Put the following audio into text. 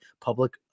public